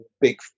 big